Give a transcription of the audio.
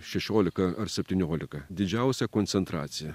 šešiolika ar septyniolika didžiausia koncentracija